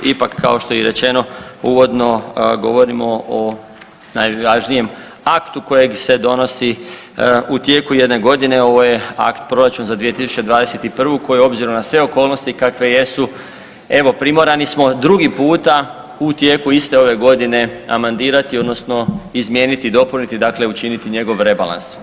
Ipak kao što je i rečeno uvodno govorimo o najvažnijem aktu kojeg se donosi u tijeku jedne godine, ovo je akt proračun za 2021. koje obzirom na sve okolnosti kakve jesu evo primorani smo drugi puta u tijeku iste ove godine amandirati odnosno izmijeniti, dopuniti dakle učiniti njegov rebalans.